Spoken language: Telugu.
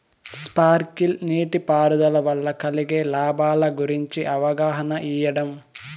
స్పార్కిల్ నీటిపారుదల వల్ల కలిగే లాభాల గురించి అవగాహన ఇయ్యడం?